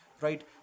right